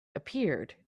appeared